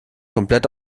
komplett